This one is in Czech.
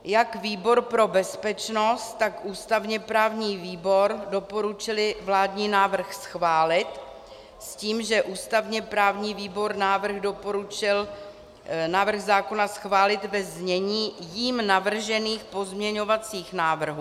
Jak výbor pro bezpečnost, tak ústavněprávní výbor doporučily vládní návrh schválit s tím, že ústavněprávní výbor návrh zákona doporučil schválit ve znění jím navržených pozměňovacích návrhů.